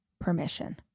permission